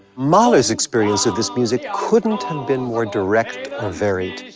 mahler's experience of this music couldn't have been more direct or varied.